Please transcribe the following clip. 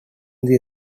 that